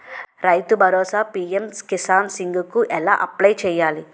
రైతు Bharosa PM Kisan scheme కు ఎలా అప్లయ్ చేయాలి?